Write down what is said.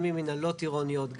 גם עם מנהלות עירוניות,